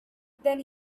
then